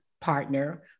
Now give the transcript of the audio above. partner